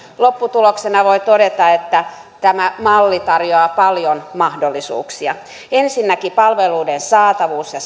lopputuloksena voi todeta että tämä malli tarjoaa paljon mahdollisuuksia ensinnäkin palveluiden saatavuutta ja